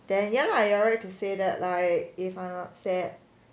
then ya lah you are right to say that like if I'm upset